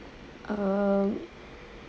um